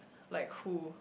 like who